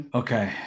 okay